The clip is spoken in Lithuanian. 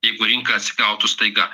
jeigu rinka atsigautų staiga